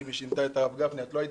ואם היא שינתה את הרב גפני את לא היית